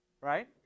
Right